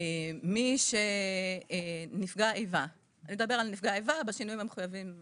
מי שנפגע איבה נדבר על נפגע איבה בשינויים המחויבים